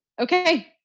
Okay